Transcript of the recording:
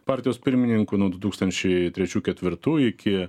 partijos pirmininku nuo du tūkstančiai trečių ketvirtų iki